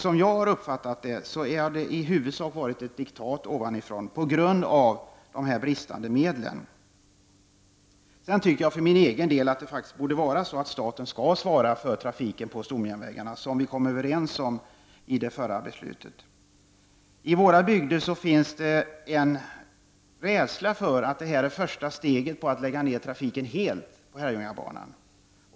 Som jag har uppfattat det har det i huvudsak varit fråga om ett diktat ovanifrån, på grund av de bristande medlen. För min egen del tycker jag att det borde vara så att staten skulle svara för trafiken på stomjärnvägarna, såsom vi kommit överens om i det förra beslutet. I våra bygder finns det en rädsla för att det här är första steget mot att lägga ner trafiken helt på Herrljungabanan.